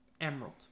emerald